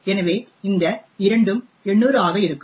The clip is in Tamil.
எனவே இந்த 2 உம் 800 ஆக இருக்கும்